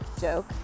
joke